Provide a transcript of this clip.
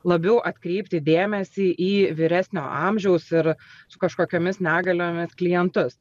labiau atkreipti dėmesį į vyresnio amžiaus ir su kažkokiomis negaliomis klientus